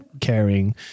caring